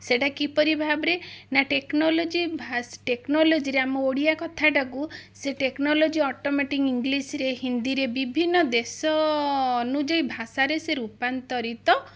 ସେଇଟା କିପରି ଭାବରେ ନା ଟେକ୍ନୋଲୋଜି ଭାସ୍ ଟେକ୍ନୋଲଜି ରେ ଆମ ଓଡ଼ିଆ କଥାଟାକୁ ସେ ଟେକ୍ନୋଲୋଜି ଅଟୋମେଟିକ୍ ଇଂଲିଶରେ ହିନ୍ଦୀରେ ବିଭିନ୍ନ ଦେଶ ଅନୁଯାୟୀ ଭାଷାରେ ସେ ରୂପାନ୍ତରିତ